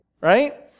right